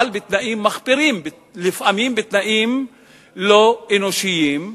אבל בתנאים מחפירים ולפעמים בתנאים לא אנושיים.